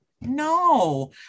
no